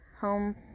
home